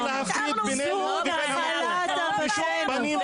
אי אפשר להפריד בינינו לבין המקום בשום פנים ואופן.